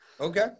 Okay